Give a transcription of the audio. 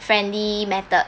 friendly method